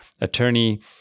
attorney